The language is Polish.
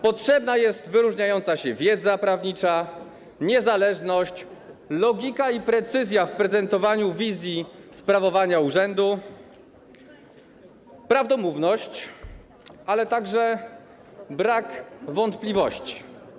Potrzebne są wyróżniająca wiedza prawnicza, niezależność, logika i precyzja w prezentowaniu wizji sprawowania urzędu, prawdomówność, ale także brak wątpliwości.